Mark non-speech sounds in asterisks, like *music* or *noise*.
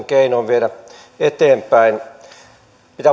*unintelligible* keinoin viedä eteenpäin pitää